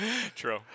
True